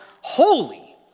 holy